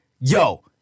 yo